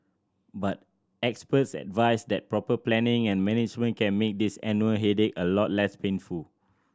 but experts advise that proper planning and management can make this annual headache a lot less painful